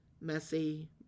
messy